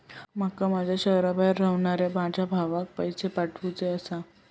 माका माझ्या शहराबाहेर रव्हनाऱ्या माझ्या भावाक पैसे पाठवुचे आसा